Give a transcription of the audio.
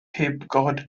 pibgod